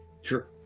Sure